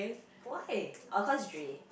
why oh cause it's Jay